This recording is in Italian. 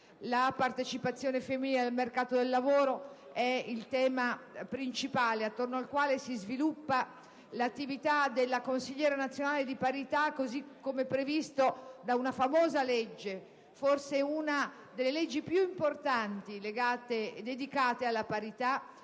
La partecipazione femminile al mercato del lavoro è il tema principale attorno al quale si sviluppa l'attività della consigliera nazionale di parità, così come previsto da una famosa legge, forse una delle leggi più importanti dedicate alla parità,